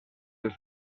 els